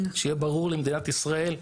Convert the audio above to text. שיהיה ברור למדינת ישראל,